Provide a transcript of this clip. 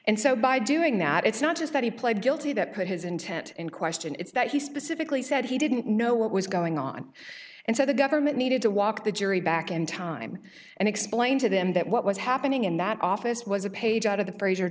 and so by doing that it's not just that he pled guilty that put his intent in question it's that he specifically said he didn't know what was going on and so the government needed to walk the jury back in time and explain to them that what was happening in that office was a page out of the fra